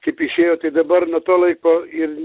kaip išėjo tai dabar nuo to laiko ir